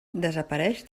desapareix